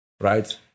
right